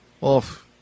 off